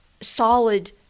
solid